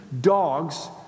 dogs